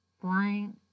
flying